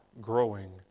growing